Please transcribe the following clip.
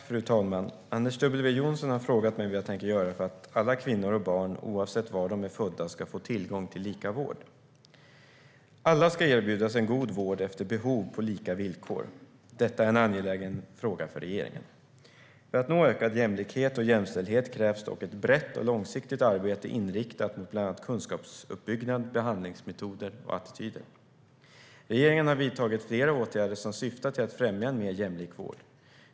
Fru talman! Anders W Jonsson har frågat mig vad jag tänker göra för att alla kvinnor och barn, oavsett var de är födda, ska få tillgång till lika vård. Alla ska erbjudas en god vård efter behov på lika villkor. Detta är en angelägen fråga för regeringen. För att nå ökad jämlikhet och jämställdhet krävs dock ett brett och långsiktigt arbete inriktat mot bland annat kunskapsuppbyggnad, behandlingsmetoder och attityder. Regeringen har vidtagit flera åtgärder som syftar till att främja en mer jämlik vård.